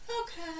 okay